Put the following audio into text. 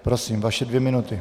Prosím, vaše dvě minuty.